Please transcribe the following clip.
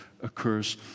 occurs